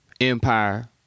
empire